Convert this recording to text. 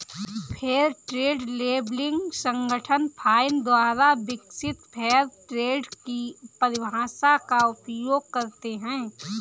fair trade labelling संगठन FINE द्वारा विकसित फेयर ट्रेड की परिभाषा का उपयोग करते हैं